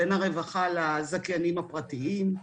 בין הרווחה לזכיינים הפרטיים.